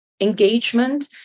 engagement